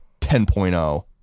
10.0